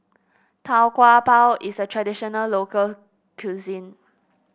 Tau Kwa Pau is a traditional local cuisine